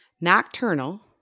nocturnal